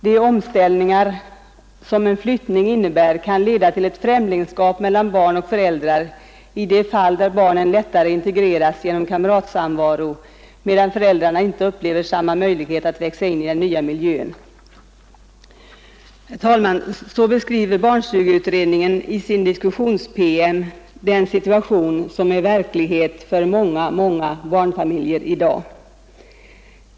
De omställningar som en flyttning innebär kan leda till ett främlingskap mellan barn och föräldrar, i de fall där barnen lättare integreras genom kamratsamvaro, medan föräldrarna inte upplever samma möjlighet att växa in i den nya miljön.” Herr talman! Så beskriver barnstugeutredningen i sin diskussions-PM den situation som är verklighet för många, många barnfamiljer i dag.